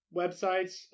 websites